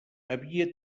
havia